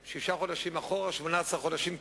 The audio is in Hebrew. הציבור, בניגוד לכל אותם אינטרסנטים,